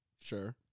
Sure